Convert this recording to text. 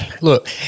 look